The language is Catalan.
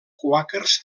quàquers